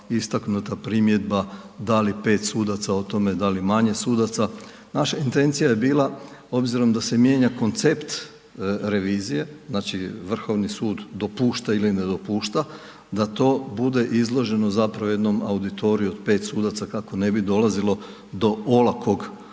istaknuta primjedba da li 5 sudaca o tome, da li manje sudaca, naša intencija je bila obzirom da se mijenja koncept revizije, znači Vrhovni sud dopušta ili ne dopušta da to bude izloženo zapravo jednom auditoriju od 5 sudaca kako ne bi dolazilo do olakog